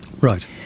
right